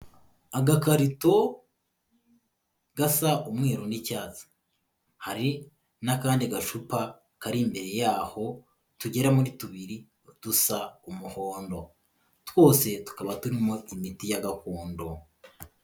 Agakarito gasa umweru n'icyatsi, hari n'akandi gacupa kari imbere yaho tugera muri tubiri dusa umuhondo, twose tukaba turimo imiti ya gakondo.